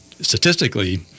statistically